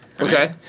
okay